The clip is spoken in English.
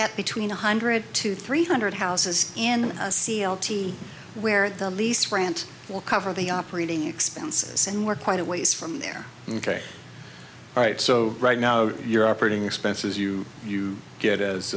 at between one hundred to three hundred houses in a seal team where the lease rent will cover the operating expenses and we're quite a ways from there ok all right so right now your operating expenses you you get